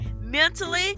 Mentally